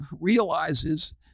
realizes